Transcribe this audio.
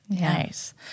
Nice